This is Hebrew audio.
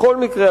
בכל מקרה,